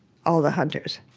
all the hunters